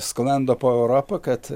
sklando po europą kad